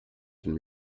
dem